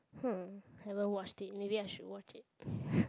!huh! haven't watched it maybe I should watch it